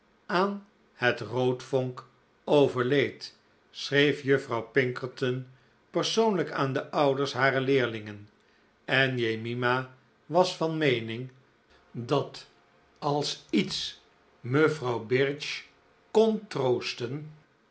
aan het roodvonk overleed schreef juffrouw pinkerton persoonlijk aan de ouders harer leerlingen en jemima was van meening dat als iets mevrouw birch con